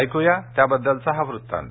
ऐकू या त्याबद्दलचा हा वृत्तांत